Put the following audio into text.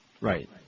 Right